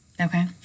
Okay